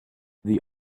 the